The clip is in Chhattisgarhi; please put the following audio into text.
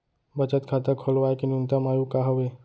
बचत खाता खोलवाय के न्यूनतम आयु का हवे?